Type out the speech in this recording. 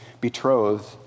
betrothed